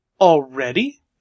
already